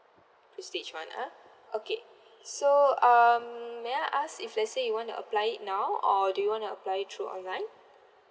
prestige [one] ah okay so um may I ask if let's say you wanna apply it now or do you wanna apply through online